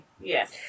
Yes